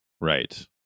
right